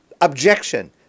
objection